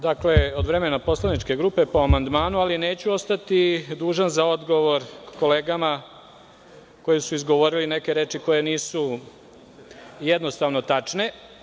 Dakle, od vremena poslaničke grupe, po amandmanu, ali neću ostati dužan za odgovor kolegama koje su izgovorile neke reči koje jednostavno nisu tačne.